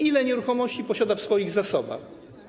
Ile nieruchomości posiada w swoich zasobach?